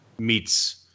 Meets